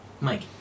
Mike